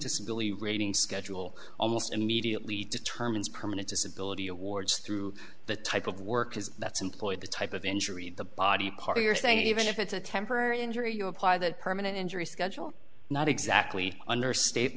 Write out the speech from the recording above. disability rating schedule almost immediately determines permanent disability awards through the type of work is that's employed the type of injury the body part you're saying even if it's a temporary injury you apply that permanent injury schedule not exactly under state